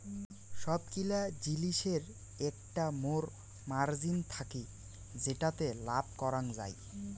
সবগিলা জিলিসের একটা মোর মার্জিন থাকি যেটাতে লাভ করাঙ যাই